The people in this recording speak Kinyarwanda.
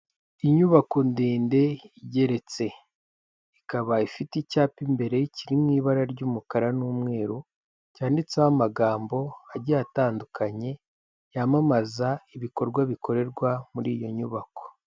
Inyubako ndende igeretse, ikaba ifite icyapa imbere kiri mu ibara ry'umukara n'umweru, cyanditseho amagambo agiye atandukanye, yamamaza ibikorwa bikorerwa muri iyo nyubako.